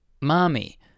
mommy